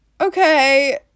okay